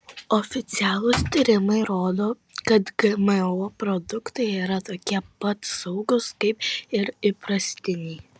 oficialūs tyrimai rodo kad gmo produktai yra tokie pat saugūs kaip ir įprastiniai